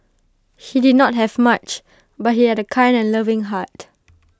he did not have much but he had A kind and loving heart